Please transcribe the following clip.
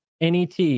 NET